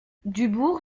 dubourg